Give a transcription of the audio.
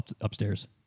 upstairs